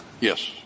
Yes